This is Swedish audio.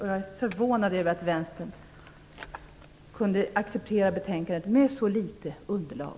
Jag är förvånad över att Vänsterpartiet kunde acceptera betänkandet med så litet underlag.